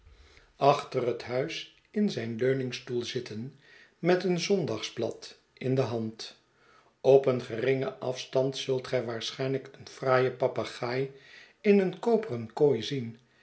achter het huis in zijn leuningstoel zitten met een zondagsblad in de hand op een geringen afstand zult gij waarschijnlijk een fraaien papegaai in een koperen kooi zien